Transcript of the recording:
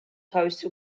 თავისი